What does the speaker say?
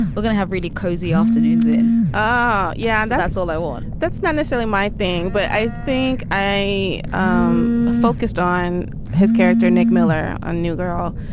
but going to have really cozy afternoons in ah yeah. that's all i want. that's not necessarily my thing, but i think i um focused on his character, nick miller, a new girl,